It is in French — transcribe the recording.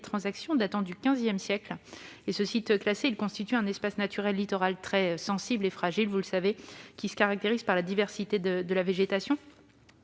transactions », datant du XV siècle. Ce site classé constitue un espace naturel littoral très sensible et fragile, qui se caractérise par la diversité de la végétation.